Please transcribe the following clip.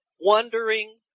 wondering